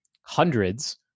hundreds